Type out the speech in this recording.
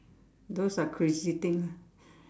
those are crazy things